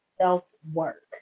self-work